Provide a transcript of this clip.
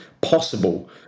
possible